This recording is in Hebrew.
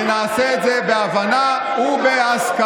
ונעשה את זה בהבנה ובהסכמה.